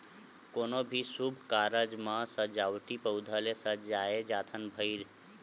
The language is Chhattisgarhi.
कोनो भी सुभ कारज म सजावटी पउधा ले सजाए जाथन भइर